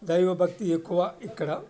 దైవభక్తి ఎక్కువ ఇక్కడ